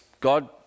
God